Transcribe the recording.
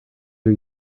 are